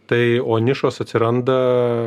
tai o nišos atsiranda